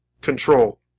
control